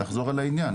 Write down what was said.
נחזור לעניין,